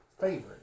favorite